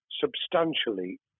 substantially